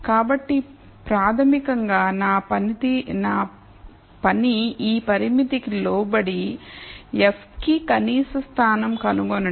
కాబట్టి ప్రాథమికంగా నా పని ఈ పరిమితికి లోబడి f కి కనీస స్థానం కనుగొనడం